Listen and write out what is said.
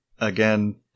Again